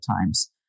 times